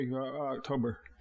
October